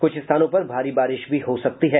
क्छ स्थानों पर भारी बारिश भी हो सकती है